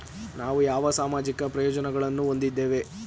ನಾವು ಯಾವ ಸಾಮಾಜಿಕ ಪ್ರಯೋಜನಗಳನ್ನು ಹೊಂದಿದ್ದೇವೆ?